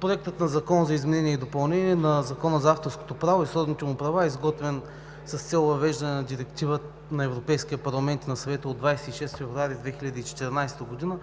Проектът на Закон за изменение и допълнение на Закона за авторското право и сродните му права е изготвен с цел въвеждане на Директива на Европейския парламент и на Съвета от 26 февруари 2014 г.